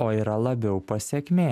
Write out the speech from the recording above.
o yra labiau pasekmė